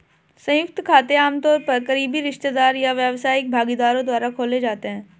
संयुक्त खाते आमतौर पर करीबी रिश्तेदार या व्यावसायिक भागीदारों द्वारा खोले जाते हैं